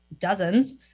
dozens